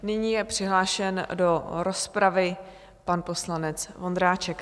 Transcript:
Nyní je přihlášen do rozpravy pan poslanec Vondráček.